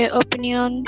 opinion